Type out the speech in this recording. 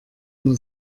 immer